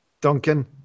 Duncan